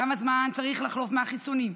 כמה זמן צריך לחלוף מהחיסונים?